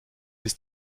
ist